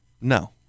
No